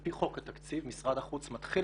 ועל פי חוק התקציב משרד החוץ מתחיל